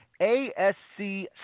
ASC